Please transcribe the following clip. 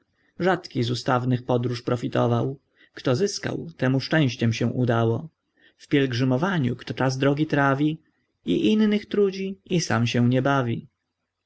rzadki z ustawnych podróż profitował kto zyskał temu szczęściem się udało w pielgrzymowaniu kto czas drogi trawi i innych trudzi i sam się nie bawi